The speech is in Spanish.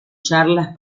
charlas